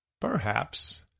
Perhaps